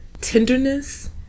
tenderness